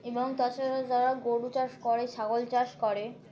এবং তাছাড়াও যারা গরু চাষ করে ছাগল চাষ করে